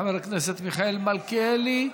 חבר הכנסת מיכאל מלכיאלי,